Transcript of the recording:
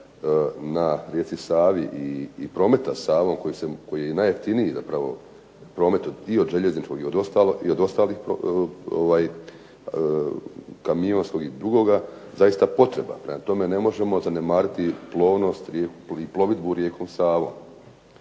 na rijeci Savi i prometa Savom koji je najjeftiniji zapravo promet i od željezničkog i od ostalih kamionskog i drugog zaista potreba. Prema tome, ne možemo zanemariti plovnost i plovidbu rijekom Savom.